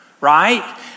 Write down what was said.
right